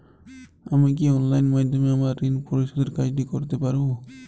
আমি কি অনলাইন মাধ্যমে আমার ঋণ পরিশোধের কাজটি করতে পারব?